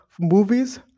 movies